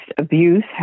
abuse